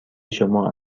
شما